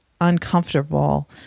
uncomfortable